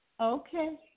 Okay